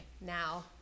now